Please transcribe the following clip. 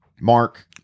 Mark